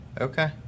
Okay